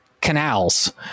canals